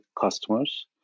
customers